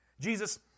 Jesus